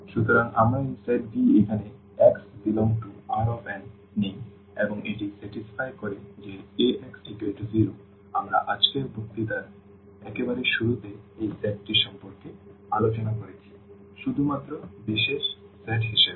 সুতরাং আমরা এই সেট V এখানে x∈Rn নিই এবং এটি সন্তুষ্ট করে যে Ax0 আমরা আজকের বক্তৃতার একেবারে শুরুতে এই সেটটি সম্পর্কে আলোচনা করেছি শুধুমাত্র বিশেষ সেট হিসাবে